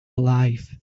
alive